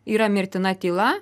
yra mirtina tyla